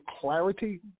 clarity